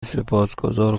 سپاسگذار